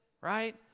right